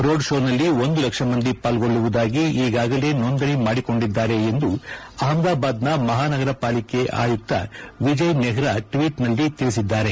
ರೋಡ್ಶೋನಲ್ಲಿ ಒಂದು ಲಕ್ಷ ಮಂದಿ ಪಾಲ್ಗೊಳ್ಳುವುದಾಗಿ ಈಗಾಗಲೇ ನೋಂದಣಿ ಮಾಡಿಕೊಂಡಿದ್ದಾರೆ ಎಂದು ಅಹಮದಾಬಾದ್ನ ಮಹಾನಗರ ಪಾಲಿಕೆ ಆಯುಕ್ತ ವಿಜಯ್ ನೆಪ್ರಾ ಟ್ವೀಟ್ನಲ್ಲಿ ಮಾಹಿತಿ ನೀಡಿದ್ದಾರೆ